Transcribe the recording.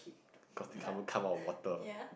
got to cover come out of water